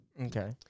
Okay